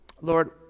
Lord